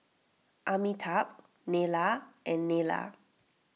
Amitabh Neila and Neila